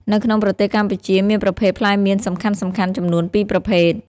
នៅក្នុងប្រទេសកម្ពុជាមានប្រភេទផ្លែមៀនសំខាន់ៗចំនួន ពីរប្រភេទ។